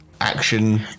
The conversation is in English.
action